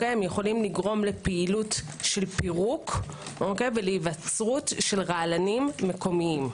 הם יכולים לגרום לפעילות של פירוק ולהיווצרות של רעלנים מקומיים.